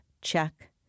check